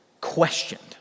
questioned